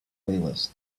playlist